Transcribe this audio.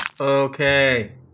Okay